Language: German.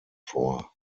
vor